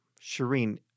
Shireen